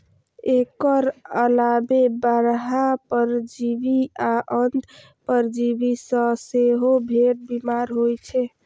एकर अलावे बाह्य परजीवी आ अंतः परजीवी सं सेहो भेड़ बीमार होइ छै